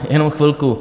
Jenom chvilku.